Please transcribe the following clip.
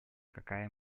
какая